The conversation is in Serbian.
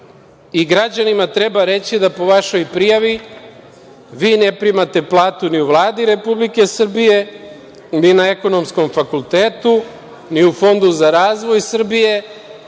Građanima treba reći da po vašoj prijavi vi ne primate platu ni u Vladi Republike Srbije, ni na Ekonomskom fakultetu, ni u Fondu za razvoj Srbije,